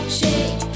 shake